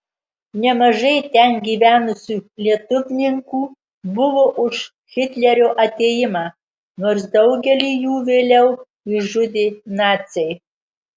nemažai ten gyvenusių lietuvninkų buvo už hitlerio atėjimą nors daugelį jų vėliau išžudė naciai